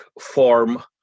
form